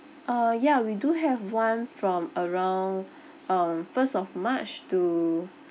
uh ya we do have one from around um first of march to